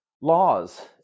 laws